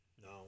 No